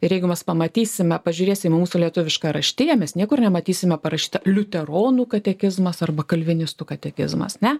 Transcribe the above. ir jeigu mes pamatysime pažiūrėsim į mūsų lietuvišką raštiją mes niekur nematysime parašyta liuteronų katekizmas arba kalvinistų katekizmas ne